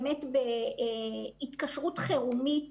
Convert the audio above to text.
באמת בהתקשרות חירומית,